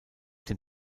dem